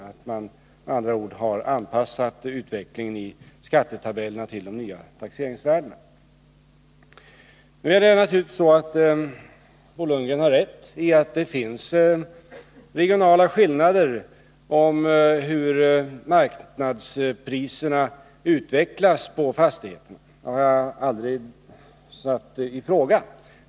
Vi har med andra ord anpassat utvecklingen i skattetabellerna till de nya taxeringsvärdena. Bo Lundgren har naturligtvis rätt i att det finns regionala skillnader när det gäller hur marknadspriserna utvecklas på fastigheter. Det har jag aldrig satt i fråga.